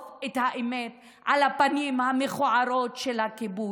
את האמת על הפנים המכוערות של הכיבוש.